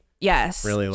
Yes